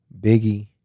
Biggie